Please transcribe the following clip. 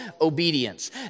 obedience